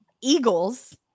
Eagles